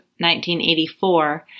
1984